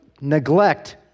neglect